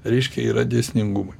reiškia yra dėsningumai